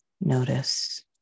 Notice